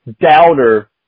doubter